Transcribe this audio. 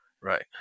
Right